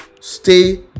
stay